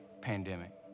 pandemic